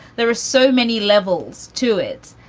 there are so many levels to it.